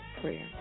prayer